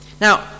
Now